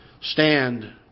stand